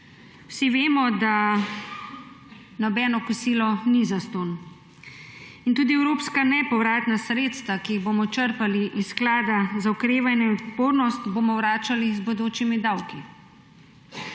Vsi vemo, da nobeno kosilo ni zastonj, in tudi evropska nepovratna sredstva, ki jih bomo črpali iz Sklada za okrevanje in odpornost, bomo vračali z bodočimi davki.